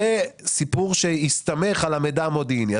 זה סיפור שיסתמך על המידע המודיעני.